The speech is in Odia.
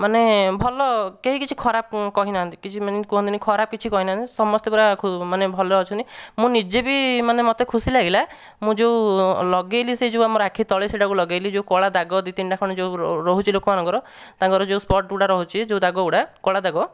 ମାନେ ଭଲ କେହି କିଛି ଖରାପ କହିନାହାନ୍ତି କିଛି ମାନେ କହନ୍ତିନି ଖରାପ କିଛି କହିନାହାନ୍ତି ସମସ୍ତେ ପୁରା ଭଲରେ ଅଛନ୍ତି ମୁଁ ନିଜେ ବି ମାନେ ମୋତେ ଖୁସିଲାଗିଲା ମୁଁ ଯେଉଁ ଲଗାଇଲି ସେ ଯେଉଁ ଆମର ଆଖିତଳେ ସେହିଟାକୁ ଲଗାଇଲି ଯେଉଁ କଳା ଦାଗ ଯେଉଁ ଦୁଇ ତିନିଟା ଖଣ୍ଡେ ରହୁଛି ଲୋକ ମାନଙ୍କର ତାଙ୍କର ଯେଉଁ ସ୍ପଟ ଗୁଡ଼ା ରହୁଛି ଯେଉଁ ଦାଗ ଗୁଡ଼ା କଳାଦାଗ